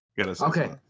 Okay